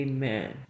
Amen